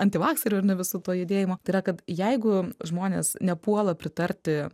antivakserių ar ne visu tuo judėjimu yra kad jeigu žmonės nepuola pritarti